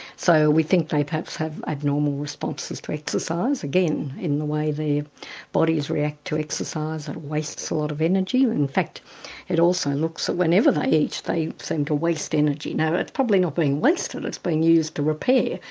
so we think they perhaps have abnormal responses to exercise, again in the way their bodies react to exercise and waste a lot of energy. and in fact it also looks like whenever they eat they seem to waste energy. now that's probably not being wasted, it's being used to repair,